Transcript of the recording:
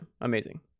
amazing